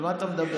על מה אתה מדבר?